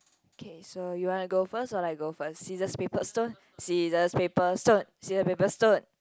okay so you wanna go first or I go first scissors paper stone scissors paper stone scissors paper stone